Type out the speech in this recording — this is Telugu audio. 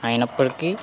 అయినప్పటికి